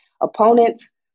opponents